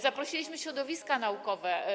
Zaprosiliśmy środowiska naukowe.